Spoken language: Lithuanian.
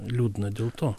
liūdna dėl to